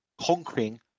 conquering